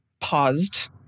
paused